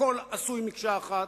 הכול עשוי מקשה אחת,